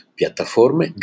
piattaforme